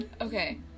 Okay